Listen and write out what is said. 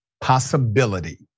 possibility